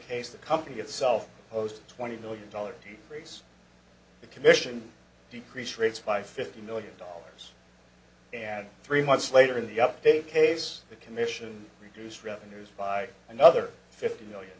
case the company itself posed twenty million dollars to raise the commission decreased rates by fifty million dollars and three months later in the update case the commission reduced revenues by another fifty million